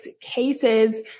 cases